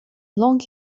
long